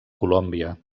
colòmbia